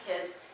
kids